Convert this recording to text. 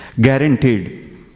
guaranteed